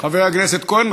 חבר הכנסת כהן,